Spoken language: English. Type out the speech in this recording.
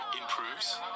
improves